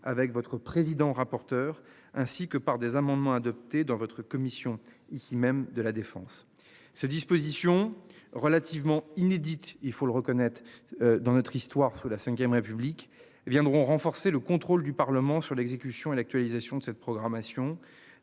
avec votre président rapporteur ainsi que par des amendements adoptés dans votre commission ici même de la Défense. Ces dispositions relativement inédite. Il faut le reconnaître dans notre histoire, sous la Ve République et viendront renforcer le contrôle du Parlement sur l'exécution et l'actualisation de cette programmation